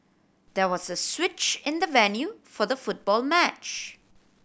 there was a switch in the venue for the football match